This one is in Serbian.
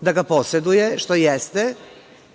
da ga poseduje, što jeste,